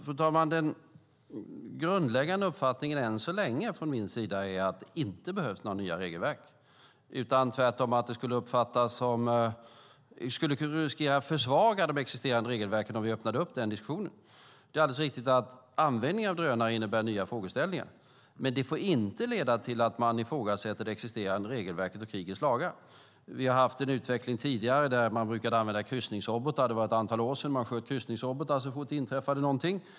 Fru talman! Den grundläggande uppfattningen från min sida är än så länge att det inte behövs några nya regelverk. Tvärtom skulle det riskera att försvaga de existerande regelverken om vi öppnade upp den diskussionen. Det är alldeles riktigt att användningen av drönare innebär nya frågeställningar, men det får inte leda till att man ifrågasätter det existerande regelverket och krigets lagar. För ett antal år sedan hade vi en utveckling mot att använda kryssningsrobotar. Man sköt kryssningsrobotar så fort det inträffade någonting.